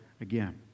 again